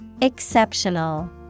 Exceptional